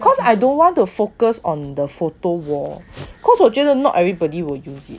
cause I don't want to focus on the photo wall cause 我觉得 not everybody will use it